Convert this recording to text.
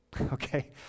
Okay